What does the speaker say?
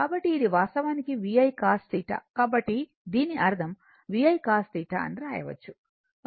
కాబట్టి ఇది వాస్తవానికి V I cos θ కాబట్టి దీని అర్థం V I cos θ అని రాయచ్చు